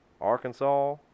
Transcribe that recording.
Arkansas